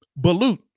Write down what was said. balut